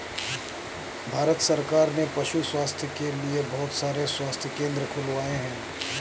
भारत सरकार ने पशु स्वास्थ्य के लिए बहुत सारे स्वास्थ्य केंद्र खुलवाए हैं